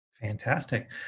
Fantastic